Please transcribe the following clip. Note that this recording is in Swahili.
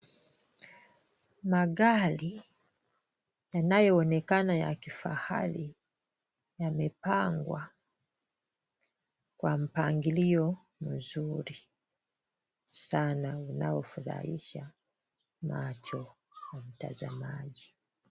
Magari yanayoonekana ya kifahari yamepangwa kwa mpangilio mzuri sana unaofurahisha macho ya mtazamaji.